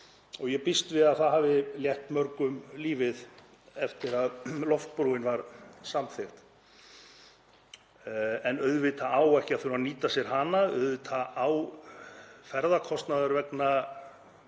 Ég býst við að það hafi létt mörgum lífið eftir að loftbrúin var samþykkt en auðvitað á ekki að þurfa að nýta sér hana. Auðvitað á ferðakostnaður vegna